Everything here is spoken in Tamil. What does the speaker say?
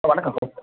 சார் வணக்கம் சார்